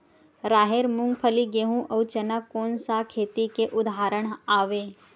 राहेर, मूंगफली, गेहूं, अउ चना कोन सा खेती के उदाहरण आवे?